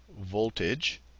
voltage